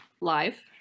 live